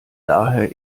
daher